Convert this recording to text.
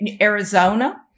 Arizona